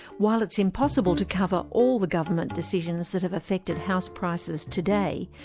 while it's impossible to cover all the government decisions that have affected house prices today,